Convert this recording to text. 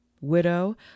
widow